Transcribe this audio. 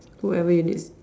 wherever it is